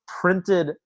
printed